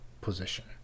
position